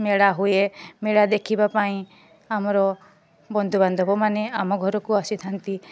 ମେଳା ହୁଏ ମେଳା ଦେଖିବା ପାଇଁ ଆମର ବନ୍ଧୁବାନ୍ଧବମାନେ ଆମ ଘରକୁ ଆସିଥାନ୍ତି